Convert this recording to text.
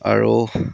আৰু